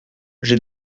j’ai